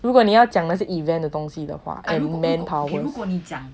如果你要讲的是 event 的东西的话 and manpower